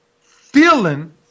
feeling